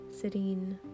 sitting